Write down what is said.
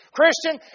Christian